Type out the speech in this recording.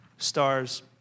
stars